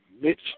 Mitch